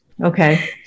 okay